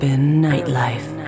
nightlife